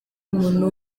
umuntu